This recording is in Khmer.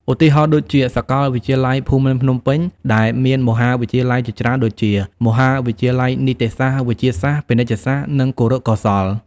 ឧទាហរណ៍ដូចជា សាកលវិទ្យាល័យភូមិន្ទភ្នំពេញ ដែលមានមហាវិទ្យាល័យជាច្រើនដូចជា មហាវិទ្យាល័យនីតិសាស្ត្រ វិទ្យាសាស្ត្រ ពាណិជ្ជសាស្រ្ត និងគរុកោសល្យ។